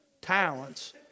Talents